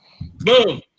Boom